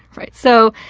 right. so,